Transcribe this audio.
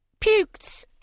puked